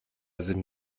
sinn